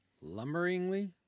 lumberingly